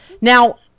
Now